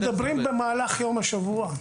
אנחנו מדברים במהלך השבוע.